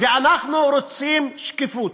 ואנחנו רוצים שקיפות.